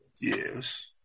Yes